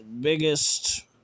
biggest